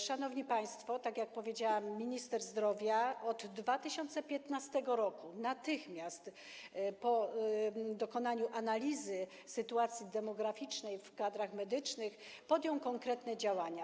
Szanowni państwo, tak jak powiedziałam, minister zdrowia w 2015 r. natychmiast po dokonaniu analizy sytuacji demograficznej w kadrach medycznych podjął konkretne działania.